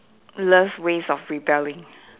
love ways of rebelling